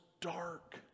dark